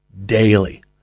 Daily